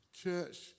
church